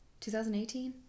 2018